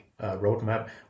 roadmap